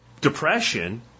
Depression